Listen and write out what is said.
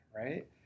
right